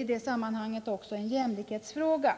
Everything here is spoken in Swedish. i det sammanhanget också en jämlikhetsfråga.